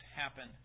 happen